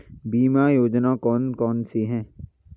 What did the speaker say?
बीमा योजना कौन कौनसी हैं?